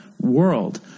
world